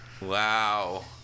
wow